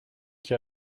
qui